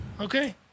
Okay